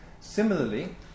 Similarly